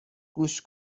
گوش